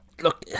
Look